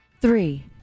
Three